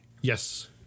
yes